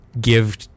give